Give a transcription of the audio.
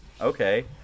Okay